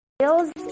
sales